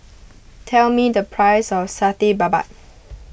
tell me the price of Satay Babat